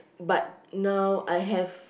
but now I have